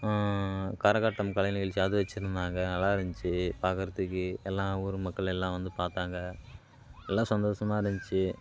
கரகாட்டம் கலை நிகழ்ச்சி அது வெச்சுருந்தாங்க நல்லா இருந்துச்சு பார்க்கறத்துக்கு எல்லாம் ஊர் மக்கள் எல்லாம் வந்து பார்த்தாங்க எல்லாம் சந்தோசமாக இருந்துச்சு